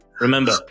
remember